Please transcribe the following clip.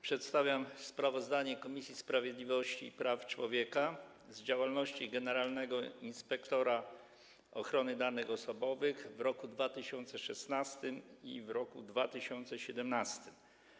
Przedstawiam sprawozdanie Komisji Sprawiedliwości i Praw Człowieka z działalności generalnego inspektora ochrony danych osobowych w roku 2016 i w roku 2017.